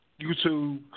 YouTube